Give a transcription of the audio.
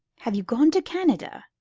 have you gone to canada?